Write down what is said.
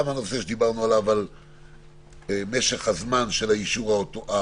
עלה גם הנושא של משך הזמן של האישור המתחדש.